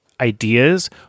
ideas